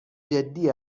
جدی